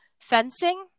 fencing